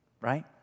right